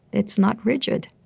it's not rigid.